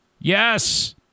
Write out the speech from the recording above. Yes